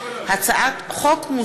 הצעת חוק הכניסה לישראל (תיקון מס' 26),